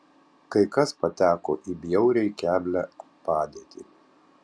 kai kas pateko į bjauriai keblią padėtį